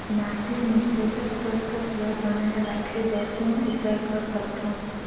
माटी मे पोषक तत्व ल बनाय राखे बर कौन उपाय कर सकथव?